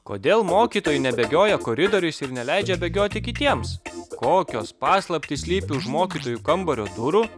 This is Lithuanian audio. kodėl mokytojai nebėgioja koridoriais ir neleidžia bėgioti kitiems kokios paslaptys slypi už mokytojų kambario durų